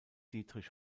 dietrich